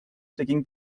taking